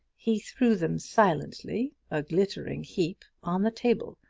he threw them silently a glittering heap on the table.